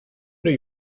new